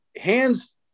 hands